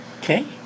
Okay